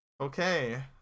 Okay